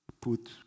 Put